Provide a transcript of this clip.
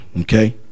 okay